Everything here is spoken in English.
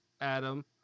Adam